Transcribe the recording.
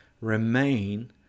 remain